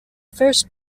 first